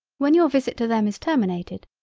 when your visit to them is terminated,